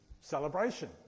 celebration